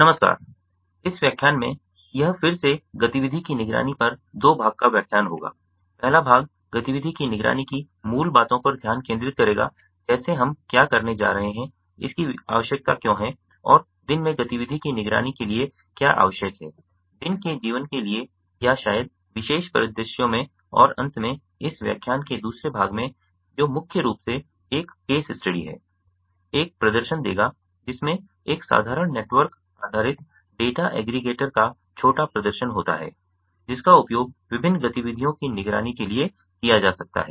नमस्कार इस व्याख्यान में यह फिर से गतिविधि की निगरानी पर दो भाग का व्याख्यान होगा पहला भाग गतिविधि की निगरानी की मूल बातों पर ध्यान केंद्रित करेगा जैसे हम क्या करने जा रहे हैं इसकी आवश्यकता क्यों है और दिन में गतिविधि की निगरानी के लिए क्या आवश्यक है दिन के जीवन के लिए या शायद विशेष परिदृश्यों में और अंत में इस व्याख्यान के दूसरे भाग में जो मुख्य रूप से एक केस स्टडी है एक प्रदर्शन देगा जिसमें एक साधारण नेटवर्क आधारित डेटा एग्रीगेटर का छोटा प्रदर्शन होता है जिसका उपयोग विभिन्न गतिविधियों की निगरानी के लिए किया जा सकता है